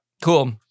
Cool